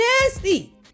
nasty